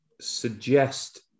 suggest